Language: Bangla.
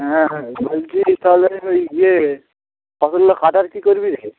হ্যাঁ বলছি তাহলে ওই ইয়ে ফসলগুলো কাটার কী করবি